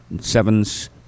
Sevens